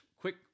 Quick